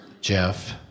Jeff